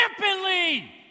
rampantly